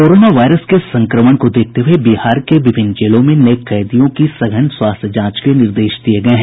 corona virus के संक्रमण को देखते हुये बिहार के विभिन्न जेलों में नये कैदियों की सघन स्वास्थ्य जांच के निर्देश दिये गये हैं